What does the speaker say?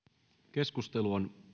keskustelu on